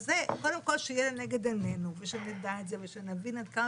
אז קודם כל שזה יהיה לנגד עינינו ושנדע את זה ושנבין עד כמה